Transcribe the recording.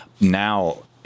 Now